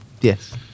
Yes